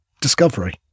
discovery